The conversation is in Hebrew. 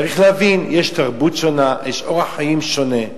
צריך להבין, יש תרבות שונה, יש אורח חיים שונה,